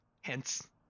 hence